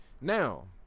Now